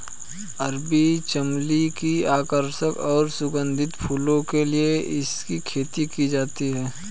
अरबी चमली की आकर्षक और सुगंधित फूलों के लिए इसकी खेती की जाती है